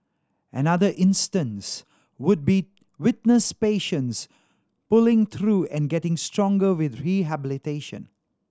another instance would be witness patients pulling through and getting stronger with rehabilitation